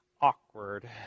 awkward